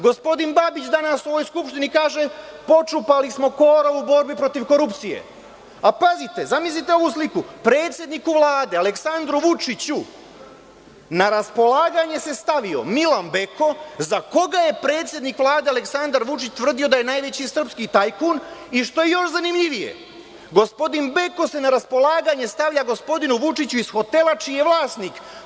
Gospodin Babić danas u ovoj Skupštini kaže – počupali smo korov u borbi protiv korupcije, a pazite, zamislite ovu sliku, predsedniku Vlade Aleksandru Vučiću na raspolaganje se stavio Milan Beko, za koga je predsednik Vlade Aleksandar Vučić tvrdio da je najveći srpski tajkun i što je još zanimljivije, gospodin Beko se na raspolaganje stavlja gospodinu Vučiću iz hotela čiji je vlasnik.